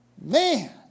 Man